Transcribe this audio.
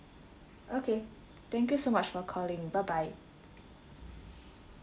okay thank you so much for calling bye bye